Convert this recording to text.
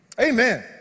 Amen